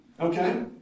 okay